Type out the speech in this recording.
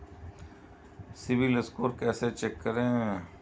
CIBIL score कैसे check करें?